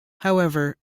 however